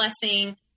blessing